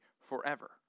forever